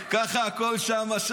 ככה הכול שם.